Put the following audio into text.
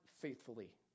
faithfully